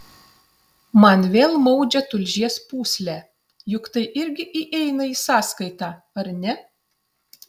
man vėl maudžia tulžies pūslę juk tai irgi įeina į sąskaitą ar ne